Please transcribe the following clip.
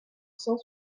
cent